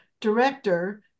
director